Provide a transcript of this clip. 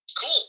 Cool